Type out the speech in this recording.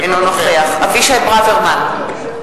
אינו נוכח אבישי ברוורמן,